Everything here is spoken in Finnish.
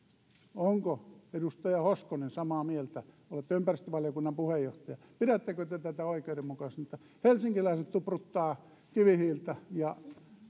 onko edustaja hoskonen samaa mieltä olette ympäristövaliokunnan puheenjohtaja pidättekö te tätä oikeudenmukaisena että helsinkiläiset tupruttavat kivihiiltä ja